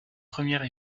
première